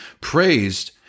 praised